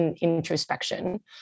introspection